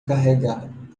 carregado